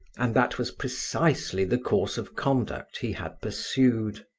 and that was precisely the course of conduct he had pursued.